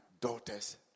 daughters